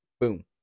boom